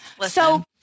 So-